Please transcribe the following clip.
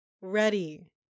ready